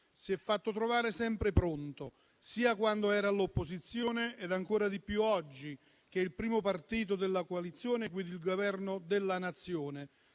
si è fatto trovare sempre pronto, quando era all'opposizione e ancora di più oggi che è il primo partito della coalizione e guida il Governo della Nazione.